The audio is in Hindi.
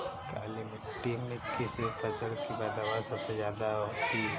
काली मिट्टी में किस फसल की पैदावार सबसे ज्यादा होगी?